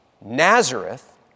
Nazareth